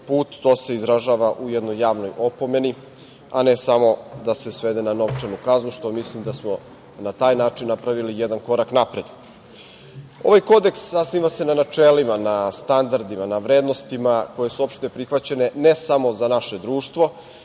to se izražava u jednoj javnoj opomeni, a ne samo da se svede na novčanu kaznu i mislim da smo na taj način napravili jedan korak napred. Ovaj kodeks zasniva se na načelima, na standardima, na vrednostima koje su opšte prihvaćene ne samo za naše društvo,